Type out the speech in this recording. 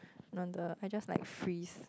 no wonder I just like freeze